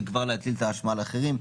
וכבר להטיל את האשמה על אחרים.